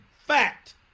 fact